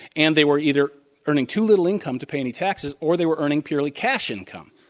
and they were either earning too little income to pay any taxes or they were earning purely cash income.